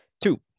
Two